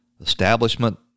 establishment